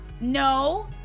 No